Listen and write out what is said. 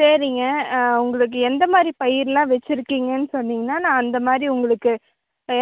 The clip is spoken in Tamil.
சரிங்க உங்களுக்கு எந்த மாதிரி பயிர் எல்லாம் வச்சிருக்கீங்கன்னு சொன்னீங்கன்னா நான் அந்த மாதிரி உங்களுக்கு